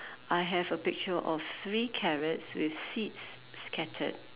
I have a picture of three carrots with seeds scattered